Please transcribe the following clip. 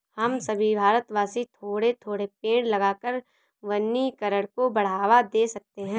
हम सभी भारतवासी थोड़े थोड़े पेड़ लगाकर वनीकरण को बढ़ावा दे सकते हैं